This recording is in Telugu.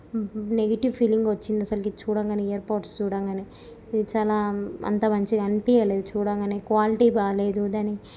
నెగిటివ్ ఫీలింగ్ వచ్చింది అస్సలు చూడగానే ఇయర్ పోడ్స్ చూడగనే ఇది చాలా అంత మంచిగా అనిపియ్యలేదు చూడగనే క్వాలిటీ బాగాలేదు దాని